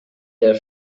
their